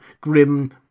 grim